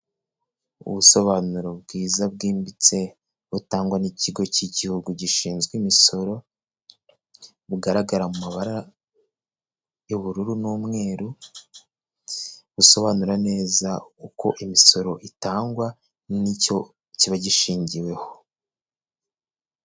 Ubusobanuro bwiza bwimbitse butangwa n'ikigo cy'igihugu gishinzwe imisoro, bugaragara mu mabara y'ubururu n'umweru, busobanura neza uko imisoro itangwa, n'icyo kiba gishingiweho.